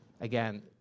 again